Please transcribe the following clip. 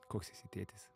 koks esi tėtis